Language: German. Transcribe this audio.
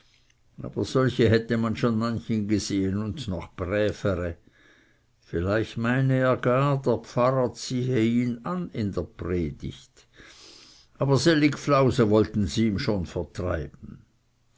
aber solche hätte man schon manchen gesehen und noch brävere vielleicht meine er gar der pfarrer ziehe ihn an in der predig aber sellig flause wollten sie ihm schon vertreiben